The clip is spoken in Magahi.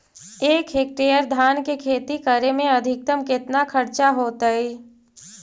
एक हेक्टेयर धान के खेती करे में अधिकतम केतना खर्चा होतइ?